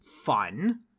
fun